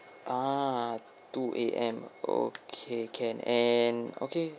ah two A_M okay can and okay